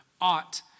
ought